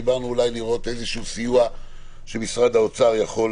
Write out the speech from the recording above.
דיברנו אולי על לראות איזשהו סיוע שמשרד האוצר יכול